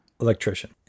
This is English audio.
electrician